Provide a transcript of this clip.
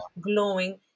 glowing